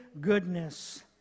goodness